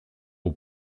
aux